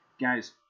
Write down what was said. Guys